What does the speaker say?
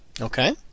Okay